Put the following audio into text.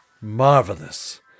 marvelous